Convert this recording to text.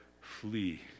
flee